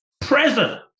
present